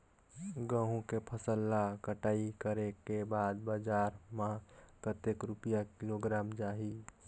गंहू के फसल ला कटाई करे के बाद बजार मा कतेक रुपिया किलोग्राम जाही?